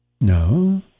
No